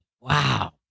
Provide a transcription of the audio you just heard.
wow